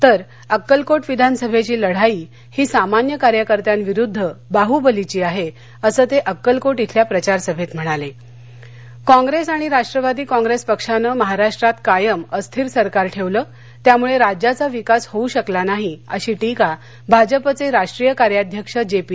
तर अक्कलकोट विधानसभ ी लढाई ही सामान्य कार्यकर्त्या विरुध्द बाह्यलीची आह असं त अक्कलकोट इथल्या प्रचार सभतीम्हणाल काँग्रेस्तीआणि राष्ट्रवादी काँग्रेस्तीपक्षानं महाराष्ट्रात कायम अस्थिर सरकार ठक्कं त्यामुळं राज्याचा विकास होऊ शकला नाही अशी टीका भाजपचविष्ट्रीय कार्याध्यक्ष जपी